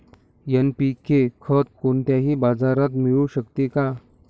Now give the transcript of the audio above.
NPK खत कोणत्याही बाजारात मिळू शकते का?